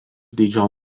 dydžio